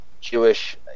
Jewish